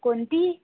कोणती